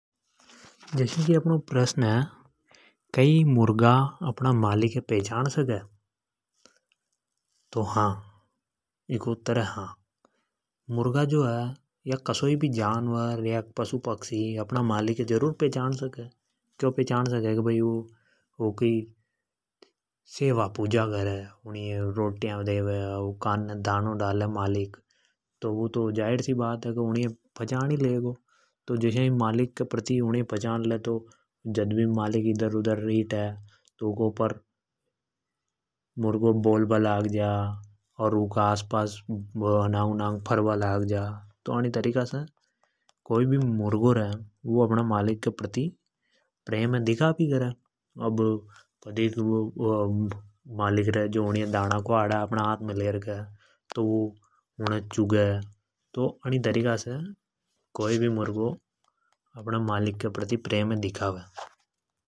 जस्या कि अप नो प्रश्न है कई मुर्गा अपना मालिक है पहचान सके। तो हां इको उत्तर है हां मुर्गा जो है या कसोई भी जानवर या पशु पक्षी अपना मालिक अ जरूर पहचान सके। क्यों पहचान सके के भई वु ऊँकी सेवा पूजा करे। ऊँणी ये रोटियाँ देवे ऊँ के कान ने दानो डाले मालिक। तो जाहिर सी बात है की वु मालिक है पछान ही लेगो। जद भी मालिक इधर-उधर हीठे तो मुर्गों बोलबा लाग जा। अर ऊँके आसपास अनांग उनांग फर बा लाग जा। तो अन तरीका से कोई भी मुर्गो रे वु अपने मालिक के प्रति प्रेम है दिखा भी करे। कदिक मालिक रे जो उनी ये दाना ख्वाडे तो वु उनी ये चुगे तो अनि तरीका से कोई भी मुर्गों अपने मालिक के प्रति प्रेम है दिखावे।